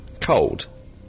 Cold